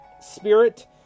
spirit